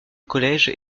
collège